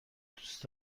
دوست